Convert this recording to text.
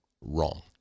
wrong